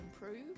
improve